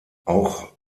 auch